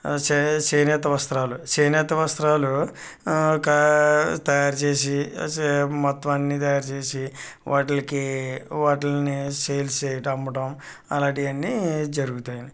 చే చేనేత వస్త్రాలు చేనేత వస్త్రాలు ఆ ఒక తయారు చేసి మొత్తం అన్నీ తయారు చేసి వాటికి వాటిని సేల్స్ చేసి అమ్మటం అలాంటివన్నీ జరుగుతాయి